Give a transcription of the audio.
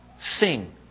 sing